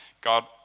God